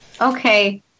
Okay